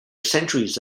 centuries